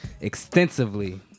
extensively